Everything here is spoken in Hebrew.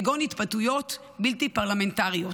כגון התבטאויות בלתי פרלמנטריות,